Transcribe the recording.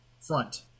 front